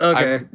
Okay